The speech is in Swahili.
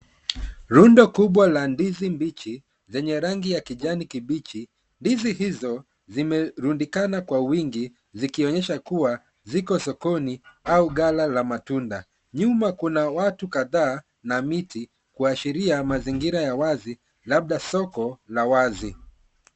Rundo kubwa la ndizi mbichi zenye rangi ya kijani kibichi. Ndizi hizo zimerundikana kwa wingi, zikionyesha kuwa, ziko sokoni au ghala ya matunda. Nyuma kuna watu kadhaa na miti, kuashiria mazingira ya wazi labda soko la wazi.